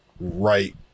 right